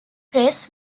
press